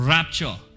Rapture